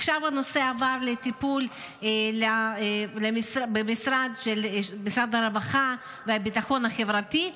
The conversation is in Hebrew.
עכשיו הנושא עבר לטיפול במשרד הרווחה והביטחון החברתי,